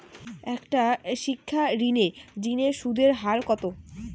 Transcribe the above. একটা শিক্ষা ঋণের জিনে সুদের হার কত?